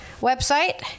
website